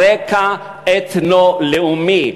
הרקע הוא אתנו-לאומי.